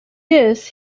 this